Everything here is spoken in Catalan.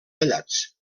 tallats